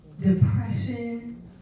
depression